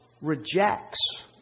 rejects